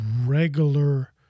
regular